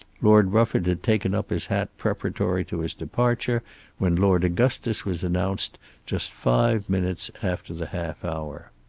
lord rufford had taken up his hat preparatory to his departure when lord augustus was announced just five minutes after the half hour.